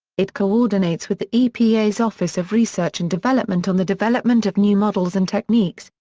it coordinates with the epa's office of research and development on the development of new models and techniques,